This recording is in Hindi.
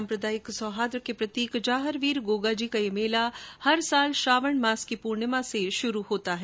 साम्प्रदायिक सोहार्द के प्रतीक जाहरवीर गोगाजी का यह मेला हर वर्ष श्रावण पूर्णिमा से आरम्भ होता है